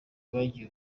bagize